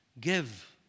Give